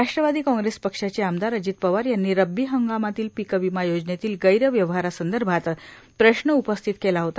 Rashtrawadi Congress पक्षाचे आमदार अजित पवार यांनी रब्बी हंगामातील पीक विमा योजनेतील गैरव्यवहारासंदर्भात प्रश्न उपस्थित केला होता